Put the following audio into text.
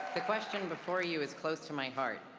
the question before you is close to my heart.